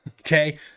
Okay